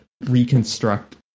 reconstruct